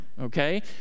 Okay